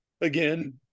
again